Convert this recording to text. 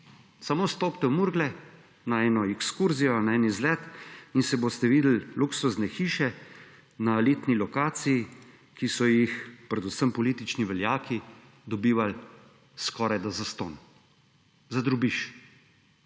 Samo stopite v Murgle na eno ekskurzijo, na en izlet in boste videli luksuzne hiše na elitni lokaciji, ki so jih predvsem politični veljaki dobivali skorajda zastonj, za drobiž.